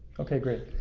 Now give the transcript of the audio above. okay, great,